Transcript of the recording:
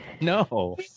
No